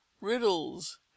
riddles